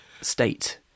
state